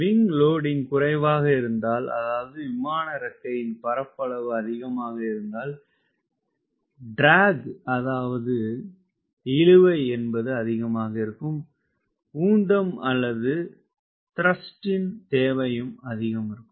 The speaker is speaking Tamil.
விங்க் லோடிங்க் குறைவாகவிருந்தால் அதாவது விமான இறக்கையின் பரப்பளவு அதிகமாக இருந்தால் இழுவை அதிகமாக இருக்கும் உந்தம் தேவையும் அதிகாரிக்கும்